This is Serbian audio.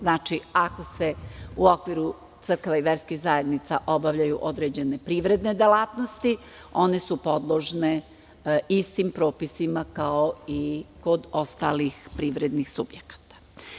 Znači, ako se u okviru crkve i verskih zajednica obavljaju određene privredne delatnosti, one su podložne istim propisima, kao i kod ostalih privrednih subjekata.